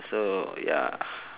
so ya